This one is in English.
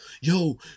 yo